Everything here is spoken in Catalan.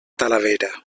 talavera